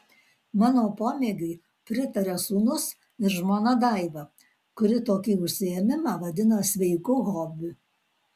mano pomėgiui pritaria sūnus ir žmona daiva kuri tokį užsiėmimą vadina sveiku hobiu